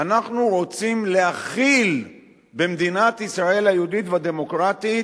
אנחנו רוצים להכיל במדינת ישראל היהודית והדמוקרטית